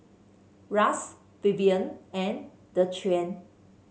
Ras Vivien and Dequan